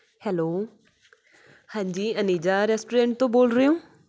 hello ਹਾਂਜੀ Aneja restaurant ਤੋਂ ਬੋਲ ਰਹੇ ਹੋ